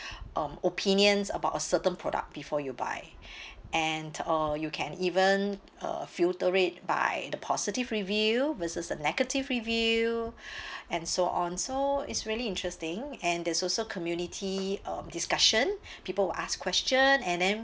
um opinions about a certain product before you buy and or you can even uh filter it by the positive review versus the negative review and so on so it's really interesting and there's also community um discussion people will ask question and then